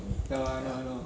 ya I know I know